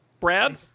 Brad